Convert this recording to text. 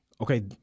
okay